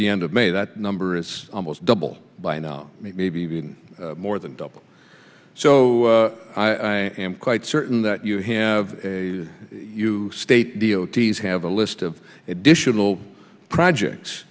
the end of may that number is almost double by now maybe even more than double so i am quite certain that you have you state the o t s have a list of additional projects